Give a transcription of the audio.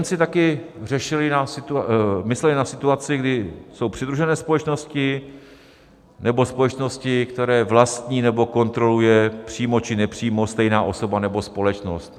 Němci taky mysleli na situaci, kdy jsou přidružené společnosti nebo společnosti, které vlastní nebo kontroluje přímo či nepřímo stejná osoba nebo společnost.